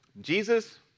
Jesus